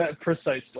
precisely